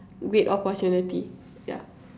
great opportunity yeah